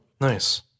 Nice